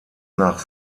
nach